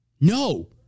No